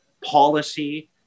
policy